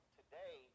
today